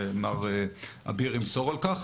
מר אביר ימסור על כך.